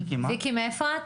ויקי מאיפה את?